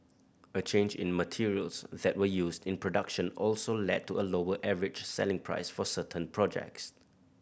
a change in materials that were used in production also led to a lower average selling price for certain projects